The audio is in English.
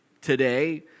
today